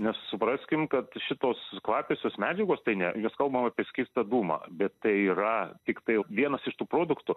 nes supraskim kad šitos kvapiosios medžiagos tai mes kalbam apie skystą dūmą bet tai yra tiktai vienas iš tų produktų